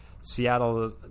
Seattle